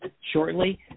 shortly